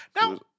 Now